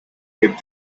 kept